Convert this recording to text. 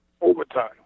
overtime